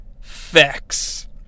Facts